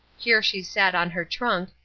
here she sat on her trunk,